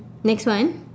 next one